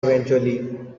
eventually